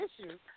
issues